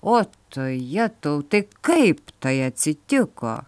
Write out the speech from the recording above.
o tu jetau tai kaip tai atsitiko